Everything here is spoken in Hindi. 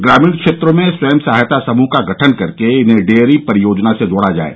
ग्रामीण क्षेत्रों में स्वयं सहायता समूह का गठन करके इन्हें डेयरी परियोजना से जोड़ा जाये